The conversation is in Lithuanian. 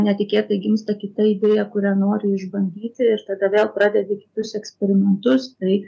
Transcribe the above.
netikėtai gimsta kita idėja kurią nori išbandyti ir tada vėl pradedi kitus eksperimentus tai